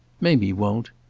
mamie won't.